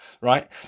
Right